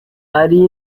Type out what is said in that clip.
hari